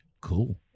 Cool